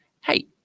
hey